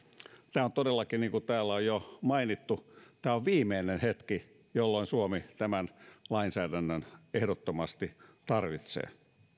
niin kuin täällä on jo mainittu tämä on todellakin viimeinen hetki jolloin suomi tämän lainsäädännön ehdottomasti tarvitsee